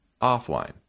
offline